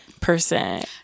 percent